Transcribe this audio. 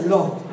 Lord